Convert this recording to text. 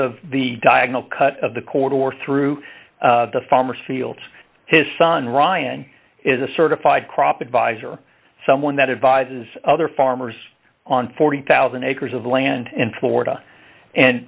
of the diagonal cut of the cord or through the farmer's fields his son ryan is a certified crop advisor someone that advises other farmers on forty thousand acres of land in florida and